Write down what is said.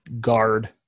guard